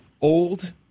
old